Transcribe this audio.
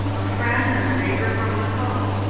a friend and neighbour from woods hole.